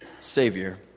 savior